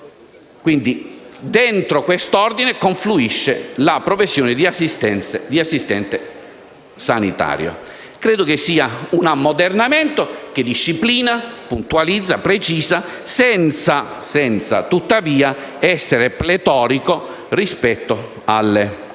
Quindi all'interno di questo Ordine confluisce la professione di assistente sanitario. Credo sia un ammodernamento che disciplina, puntualizza e precisa, senza tuttavia essere pletorico rispetto alla